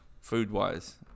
food-wise